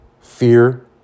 Fear